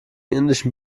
indischen